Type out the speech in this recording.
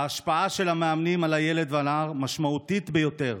ההשפעה של המאמנים על הילד והנער משמעותית ביותר.